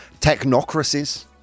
technocracies